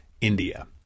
India